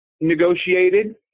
negotiated